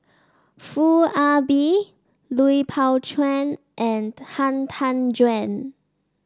Foo Ah Bee Lui Pao Chuen and Han Tan Juan